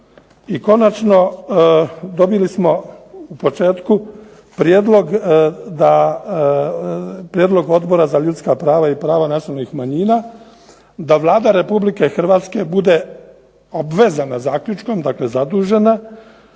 I konačno dobili smo u početku prijedlog Odbora za ljudska prava i prava nacionalnih manjina da Vlada Republike Hrvatske bude obvezana zaključkom, dakle zadužena